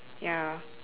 ya